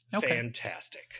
Fantastic